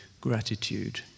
gratitude